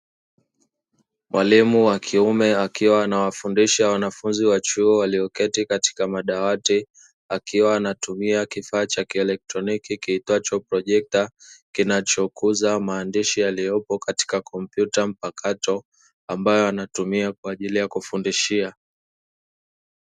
Mwalimu wa kiume, akiwa anawafundisha wanafunzi wa chuo walioketi katika madawati, akiwa anatumia kifaa cha kielektroniki kiitwacho projekta, kinachokuza maandishi yaliyopo katika kompyuta mpakato ambayo anatumia kwa ajili ya kufundishia.